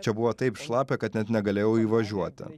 čia buvo taip šlapia kad net negalėjau įvažiuoti ar